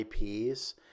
ips